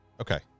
okay